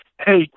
hey